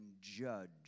judge